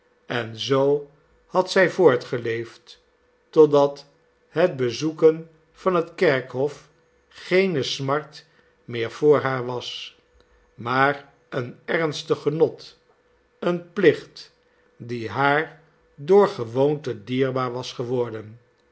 en zoo had zij voortgeleefd totdat het bezoeken van het kerkhof geene smart meer voor haar was maar een ernstig genot een plicht die haar door gewoonte dierbaar was geworden